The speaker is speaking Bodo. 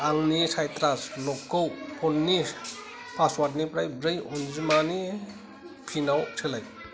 आंनि साइट्रास लकखौ फननि पासवार्डनिफ्राय ब्रै अनजिमानि पिनाव सोलाय